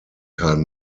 karl